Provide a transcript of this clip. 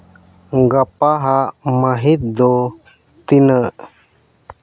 ᱜᱟᱯᱟ ᱱᱟᱸᱜ ᱢᱟᱹᱦᱤᱛ ᱫᱚ ᱛᱤᱱᱟᱹᱜ